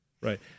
right